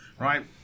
right